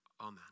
amen